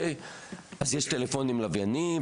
אז יש טלפונים לווייניים,